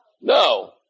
No